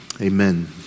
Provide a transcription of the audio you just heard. Amen